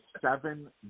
seven